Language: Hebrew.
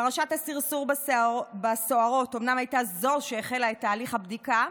פרשת הסרסור בסוהרות אומנם הייתה זו שהחלה את תהליך הבדיקה,